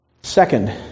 second